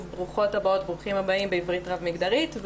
"ברוכות הבאות" ו"ברוכים הבאים" בעברית רב-מגדרית.